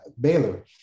Baylor